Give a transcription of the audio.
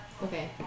Okay